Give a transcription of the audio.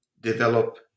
develop